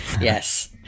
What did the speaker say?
Yes